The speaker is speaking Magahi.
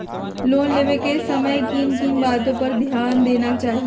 लोन लेने के समय किन किन वातो पर ध्यान देना चाहिए?